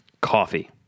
Coffee